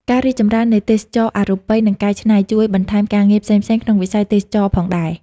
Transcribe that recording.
ការរីកចម្រើននៃទេសចរណ៍អរូបី និងកែច្នៃ ជួយបន្ថែមការងារផ្សេងៗក្នុងវិស័យទេសចរណ៍ផងដែរ។